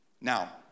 Now